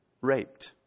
raped